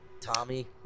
Tommy